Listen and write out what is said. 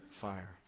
fire